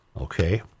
Okay